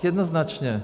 Jednoznačně.